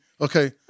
Okay